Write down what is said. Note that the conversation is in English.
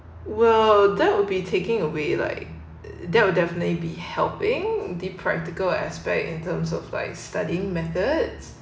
were there will be taking away like that would definitely be helping the practical aspect in terms of like studying methods